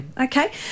Okay